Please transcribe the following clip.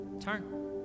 Turn